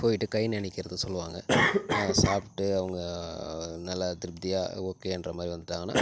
போய்விட்டு கை நனைக்கிறதுனு சொல்லுவாங்க சாப்பிட்டு அவங்க நல்லா திருப்தியாக ஓகேன்ற மாதிரி வந்துவிட்டாங்கன்னா